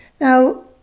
Now